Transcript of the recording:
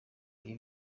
ibi